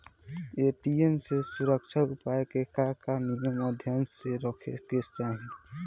ATM के सुरक्षा उपाय के का का नियम ध्यान में रखे के चाहीं?